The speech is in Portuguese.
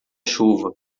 chuva